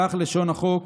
כך לשון החוק